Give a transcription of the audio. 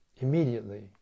Immediately